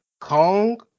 Kong